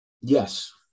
Yes